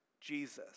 Jesus